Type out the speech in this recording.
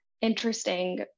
interesting